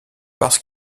parce